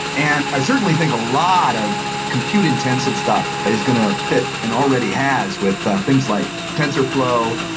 and i certainly think a lot of compute intensive stuff is going ah fit and already has with things like tensorflow,